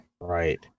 Right